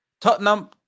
Tottenham